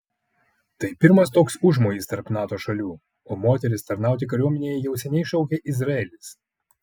tai pirmas toks užmojis tarp nato šalių o moteris tarnauti kariuomenėje jau seniai šaukia izraelis